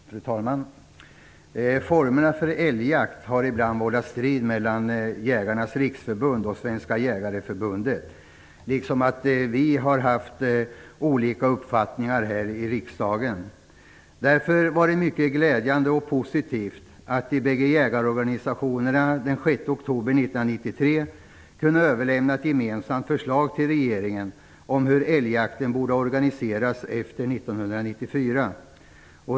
Fru talman! Formerna för älgjakt har ibland vållat strid mellan Jägarnas riksförbund och Svenska Jägareförbundet, precis som vi har haft olika uppfattningar här i riksdagen. Därför var det mycket glädjande och positivt att de båda jägarorganisationerna i oktober 1993 kunde överlämna ett gemensamt förslag till regeringen om hur älgjakten borde organiseras efter 1994.